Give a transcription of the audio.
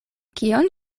kion